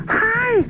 hi